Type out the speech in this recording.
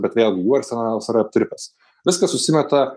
bet vėlgi jų arsenalas yra aptirpęs viskas susimeta